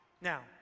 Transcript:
Now